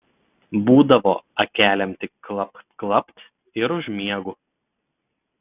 būdavo akelėm tik klapt klapt ir užmiegu